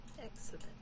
Excellent